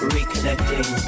Reconnecting